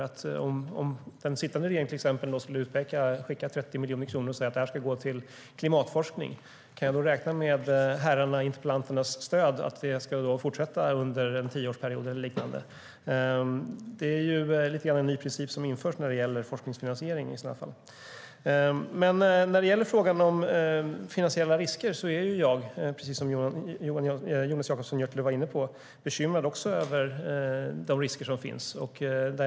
Om den sittande regeringen till exempel skulle utpeka att 30 miljoner kronor ska skickas till klimatforskning, kan jag då räkna med herrar interpellanternas stöd för att det ska fortsätta under en tioårsperiod eller liknande? Det är i så fall en lite ny princip som införs när det gäller forskningsfinansiering. När det gäller frågan om finansiella risker är jag, precis som Jonas Jacobsson Gjörtler var inne på, bekymrad över de risker som finns.